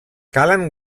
calen